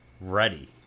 ready